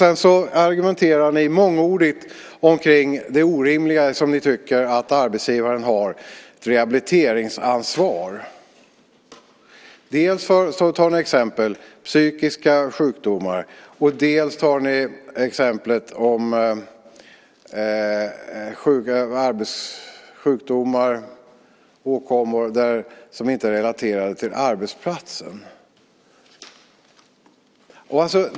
Sedan argumenterar ni mångordigt om att ni tycker att det är orimligt att arbetsgivaren har ett rehabiliteringsansvar. Som exempel tar ni dels psykiska sjukdomar, dels sjukdomar och åkommor som inte är relaterade till arbetsplatsen.